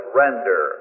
render